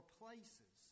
places